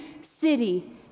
city